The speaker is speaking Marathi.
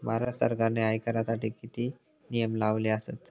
भारत सरकारने आयकरासाठी किती नियम लावले आसत?